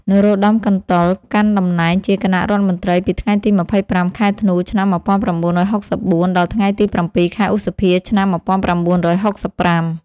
នរោត្តម កន្តុល កាន់តំណែងជាគណៈរដ្ឋមន្ត្រីពីថ្ងៃទី ២៥ ខែធ្នូ ឆ្នាំ១៩៦៤ ដល់ថ្ងៃទី ៧ ខែឧសភា ឆ្នាំ១៩៦៥។